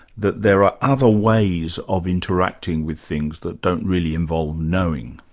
that there are other ways of interacting with things that don't really involve knowing.